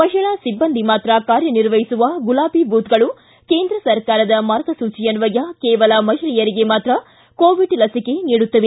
ಮಹಿಳಾ ಸಿಬ್ಬಂದಿ ಮಾತ್ರ ಕಾರ್ಯನಿರ್ವಹಿಸುವ ಗುಲಾಬಿ ಬೂತ್ಗಳು ಕೇಂದ್ರ ಸರ್ಕಾರದ ಮಾರ್ಗಸೂಚಿಯನ್ವಯ ಕೇವಲ ಮಹಿಳೆಯರಿಗೆ ಮಾತ್ರ ಕೋವಿಡ್ ಲಸಿಕೆ ನೀಡುತ್ತವೆ